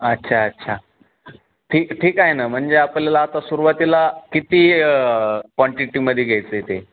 अच्छा अच्छा ठीक ठीक आहे ना म्हणजे आपल्याला आता सुरुवातीला किती क्वांटिटीमध्ये घ्यायचं ते